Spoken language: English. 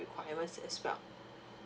requirements as well